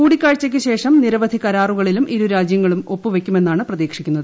കൂടിക്കാഴ്ചയ്ക്കു ശേഷം നിരവധി കരാറൂകളിലും ഇരു രാജ്യങ്ങളും ഒപ്പുവെയ്ക്കുമെന്നാണ് പ്രതീക്ഷിക്കുന്നത്